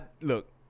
Look